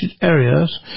areas